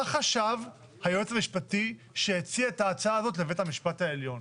מה חשב היועץ המשפטי כשהציע את ההצעה הזאת לבית המשפט העליון?